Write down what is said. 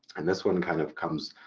and this one kind of comes